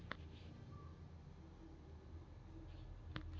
ಹನಿ ನೇರಾವರಿ ವ್ಯವಸ್ಥೆ ಮಾಡಲು ಯಾವ ಕಚೇರಿಯಲ್ಲಿ ಅರ್ಜಿ ಹಾಕಬೇಕು?